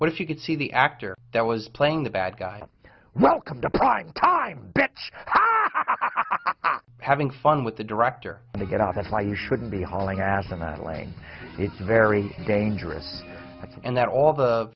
what if you could see the actor that was playing the bad guy welcome to prime time having fun with the director and to get out that's why you shouldn't be hauling ass in that lane it's very dangerous and that all the